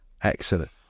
excellent